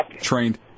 trained